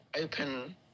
open